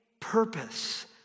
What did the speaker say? purpose